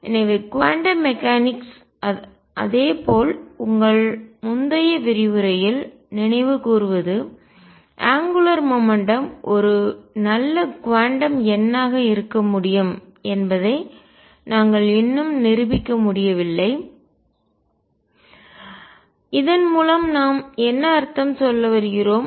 எனவே quantum mechanics இயக்கவியல்அதேபோல் உங்கள் முந்தைய விரிவுரையில் நினைவு கூர்வது அங்குலார் மொமெண்ட்டம் கோண உந்தம் ஒரு நல்ல குவாண்டம் எண்ணாக இருக்க முடியும் என்பதை நாங்கள் இன்னும் நிரூபிக்க முடியவில்லை இதன் மூலம் நாம் என்ன அர்த்தம் சொல்லவருகிறோம்